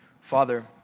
Father